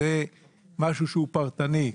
זה משהו הוא פרטני,